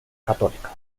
católica